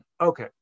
Okay